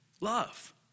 love